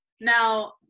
Now